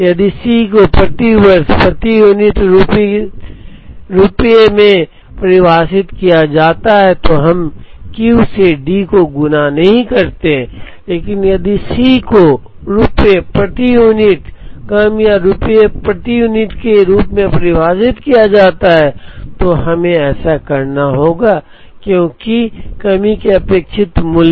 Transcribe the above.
यदि C को प्रति वर्ष प्रति यूनिट रुपये के रूप में परिभाषित किया जाता है तो हम Q से D से गुणा नहीं करते हैं लेकिन यदि C को रुपये प्रति यूनिट कम या रुपये प्रति यूनिट के रूप में परिभाषित किया जाता है तो हमें ऐसा करना होगा क्योंकि कमी के अपेक्षित मूल्य